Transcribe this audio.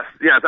yes